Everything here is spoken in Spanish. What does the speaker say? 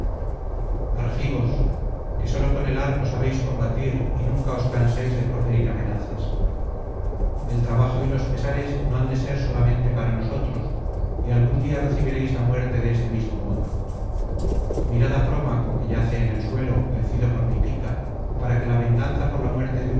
argivos que sólo con el arco sabéis combatir y nunca os cansáis de proferir amenazas el trabajo y los pesares no han de ser solamente para nosotros y algdn día recibiréis la muerte de este mismo modo mirad á prómaco que yace en el suelo vencido por mi pica para que la venganza por la muerte de